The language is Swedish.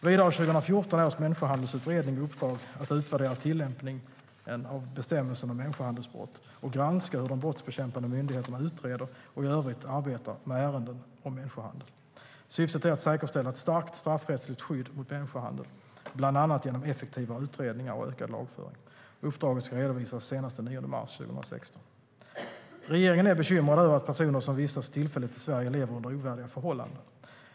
Vidare har 2014 års människohandelsutredning i uppdrag att utvärdera tillämpningen av bestämmelsen om människohandelsbrott och granska hur de brottsbekämpande myndigheterna utreder och i övrigt arbetar med ärenden om människohandel. Syftet är att säkerställa ett starkt straffrättsligt skydd mot människohandel, bland annat genom effektivare utredningar och ökad lagföring. Uppdraget ska redovisas senast den 9 mars 2016. Regeringen är bekymrad över att personer som vistas tillfälligt i Sverige lever under ovärdiga förhållanden.